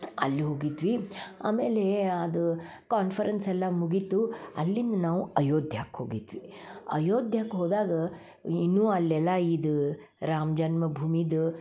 ಅಲ್ಲಿ ಹೋಗಿದ್ವಿ ಆಮೇಲೆ ಅದು ಕಾನ್ಪರೆನ್ಸ್ ಎಲ್ಲ ಮುಗೀತು ಅಲ್ಲಿಂದ ನಾವು ಅಯೋಧ್ಯಕ್ಕೆ ಹೋಗಿದ್ವಿ ಅಯೋಧ್ಯಕ್ಕೆ ಹೋದಾಗ ಇನ್ನೂ ಅಲ್ಲೆಲ್ಲ ಇದು ರಾಮ ಜನ್ಮಭೂಮಿದು